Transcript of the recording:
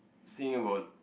saying about